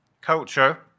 Culture